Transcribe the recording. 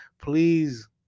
Please